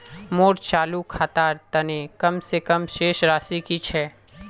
मोर चालू खातार तने कम से कम शेष राशि कि छे?